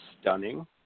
stunning